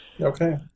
Okay